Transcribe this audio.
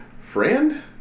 friend